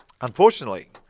Unfortunately